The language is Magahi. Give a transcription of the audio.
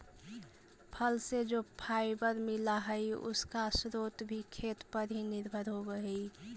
फल से जो फाइबर मिला हई, उसका स्रोत भी खेत पर ही निर्भर होवे हई